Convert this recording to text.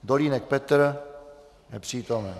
Dolínek Petr: Nepřítomen.